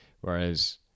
whereas